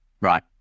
Right